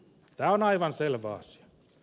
tämä on aivan selvä asia